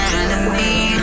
enemy